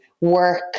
work